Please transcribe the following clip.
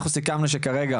אנחנו סיכמנו שכרגע